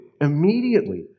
immediately